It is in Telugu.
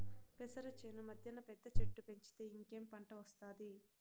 పెసర చేను మద్దెన పెద్ద చెట్టు పెంచితే ఇంకేం పంట ఒస్తాది